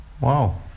Wow